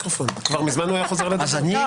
כבר מזמן הוא היה חוזר לדבר.